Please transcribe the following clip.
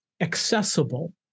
accessible